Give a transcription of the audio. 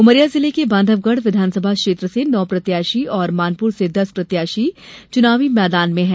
उमरिया जिले के बांधवगढ़ विधानसभा क्षेत्र से नौ प्रत्याशी और मानपुर से दस प्रत्याशी चुनाव मैदान में हैं